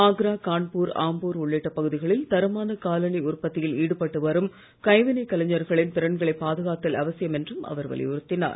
ஆக்ரா கான்பூர் ஆம்பூர் உள்ளிட்ட பகுதிகளில் தரமான காலணி உற்பத்தியில் ஈடுபட்டு வரும் கைவினைக் கலைஞர்களின் திறன்களை பாதுகாத்தல் அவசியம் என்றும் அவர் வலியுறுத்தினார்